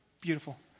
beautiful